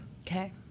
Okay